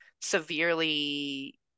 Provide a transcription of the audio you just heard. severely